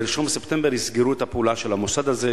ב-1 בספטמבר יסגרו את הפעולה של המוסד הזה,